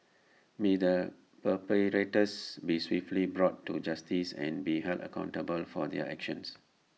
may the perpetrators be swiftly brought to justice and be held accountable for their actions